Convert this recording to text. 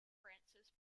frances